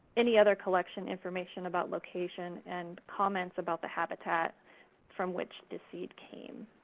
any other collection information about location and comments about the habitat from which the seed came.